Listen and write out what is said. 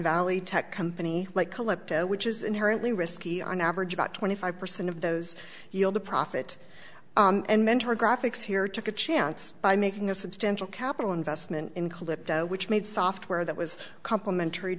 the tech company like collective which is inherently risky on average about twenty five percent of those yield a profit and mentor graphics here took a chance by making a substantial capital investment in clip which made software that was complimentary